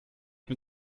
bin